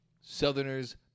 Southerners